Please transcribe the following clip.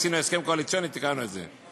עשינו הסכם קואליציוני ותיקנו את זה.